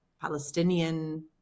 Palestinian